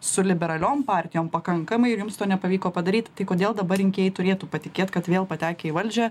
su liberaliom partijom pakankamai ir jums to nepavyko padaryt tai kodėl dabar rinkėjai turėtų patikėt kad vėl patekę į valdžią